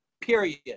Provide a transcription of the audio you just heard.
period